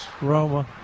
Roma